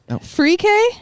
free-K